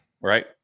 Right